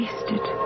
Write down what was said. Wasted